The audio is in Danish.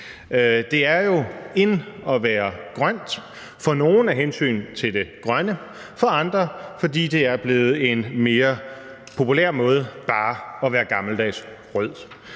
Det er jo in at være grøn, for nogle af hensyn til det grønne, og for andre, fordi det er blevet en mere populær måde bare at være gammeldags rød